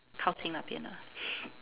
靠近那边 ah